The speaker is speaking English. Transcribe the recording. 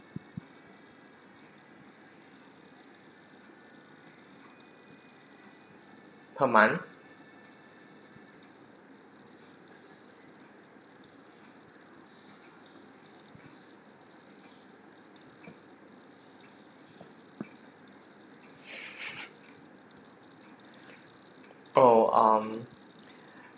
per month oh um